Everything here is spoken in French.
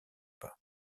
pas